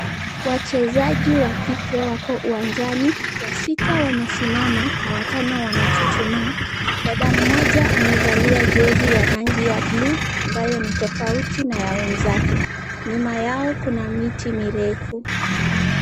Wachezaji wa kike wako uwanjani, wasita wamesimama na watano wamechuchuma. Dada mmoja amevalia jezi ya rangi ya buluu ambayo ni tofauti na ya wenzake. Nyuma yao kuna miti mirefu.